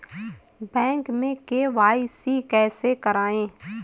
Bank में KYC कैसे करायें?